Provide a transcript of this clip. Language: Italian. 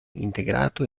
integrato